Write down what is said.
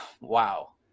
Wow